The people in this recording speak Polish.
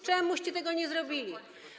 Czemuście tego nie zrobili?